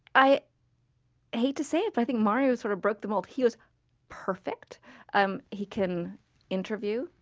i hate to say it, but i think mario sort of broke the mold. he was perfect um he can interview,